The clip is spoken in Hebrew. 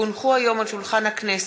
כי הונחו היום על שולחן הכנסת,